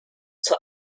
zur